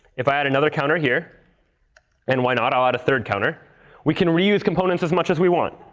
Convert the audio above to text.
if i add another counter here and why not? i'll add a third counter we can reuse components as much as we want.